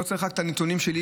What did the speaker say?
לא צריך רק את הנתונים שלי,